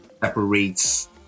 separates